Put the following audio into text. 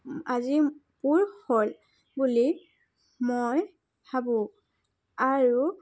আজি পূৰ হ'ল বুলি মই ভাবোঁ আৰু